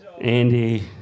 Andy